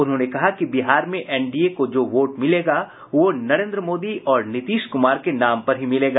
उन्होंने कहा कि बिहार में एनडीए को जो वोट मिलेगा वो नरेन्द्र मोदी और नीतीश कूमार के नाम पर ही मिलेगा